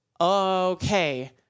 okay